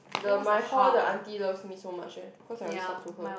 the my hall the aunty loves me so much eh cause I always talk to her